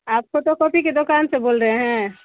آپ photocopy کے دوکان سے بول رہے ہیں